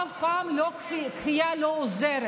אף פעם כפייה לא עוזרת.